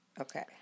Okay